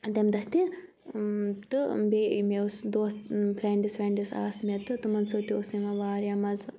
تَمہِ دۄہ تہِ تہٕ بیٚیہِ مےٚ اوس دوست فرینڈٕس ویٚنڈٕس آسہٕ مےٚ تہٕ تِمَن سۭتۍ تہِ اوس یِوان واریاہ مَزٕ